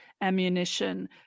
ammunition